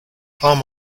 palm